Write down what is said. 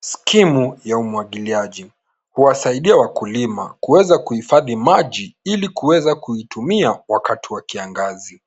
Skimu ya umwagiliaji huwasaidia wakulima kuweza kuhifadhi maji ili kuweza kuitumia wakati wa kiangazi.